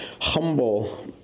humble